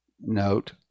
note